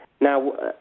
Now